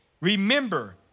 Remember